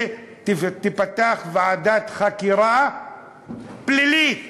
כשתיפתח ועדת חקירה פלילית